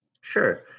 Sure